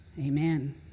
Amen